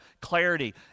clarity